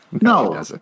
No